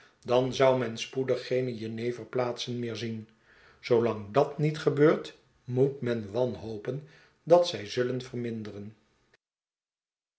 dan zou men spoedig geene jeneverpaleizen meer zien zoolang dat niet gebeurt moet men wanhopen dat zij zullen verminderen